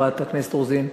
חברת הכנסת רוזין,